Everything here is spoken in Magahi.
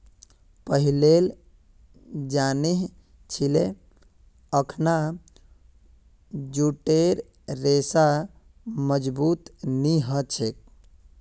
पहिलेल जानिह छिले अखना जूटेर रेशा मजबूत नी ह छेक